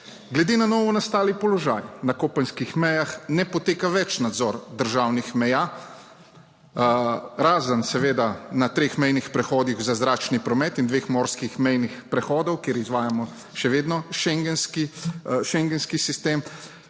Glede na novo nastali položaj na kopenskih mejah ne poteka več. Nadzor državnih meja, razen seveda na treh mejnih prehodih za zračni promet in dveh morskih mejnih prehodov, kjer izvajamo še vedno Schengenski sistem,